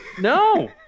No